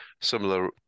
similar